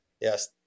yes